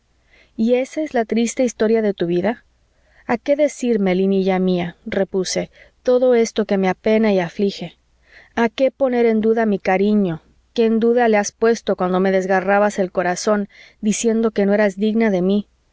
y esa es la triste historia de tu vida a qué decirme linilla mía repuse todo esto que me apena y aflige a qué poner en duda mi cariño que en duda le has puesto cuando me desgarrabas el corazón diciendo que no eras digna de mí